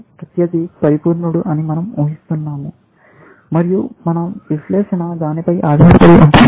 ప్రత్యర్థి పరిపూర్ణుడు అని మనం ఉహిస్తున్నాము మరియు మన విశ్లేషణ దానిపై ఆధారపడి ఉంటుంది